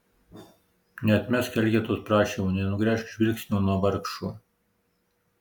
neatmesk elgetos prašymo nenugręžk žvilgsnio nuo vargšo